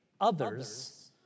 others